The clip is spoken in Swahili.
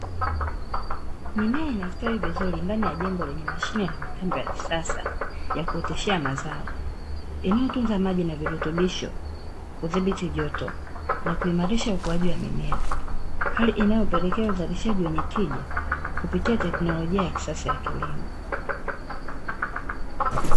Mimea inastawi vizuri ndani ya jengo lenye mashine na mitambo ya kisasa, ya kuoteshea mazao inayo tunza maji na virutubisho, kudhibiti joto na kuimarisha ukuaji wa mimea. Hali inayo pelekea uzalishaji wenye tija, kupitia teknolojia ya kisasa ya kilimo.